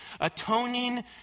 atoning